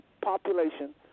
population